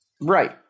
Right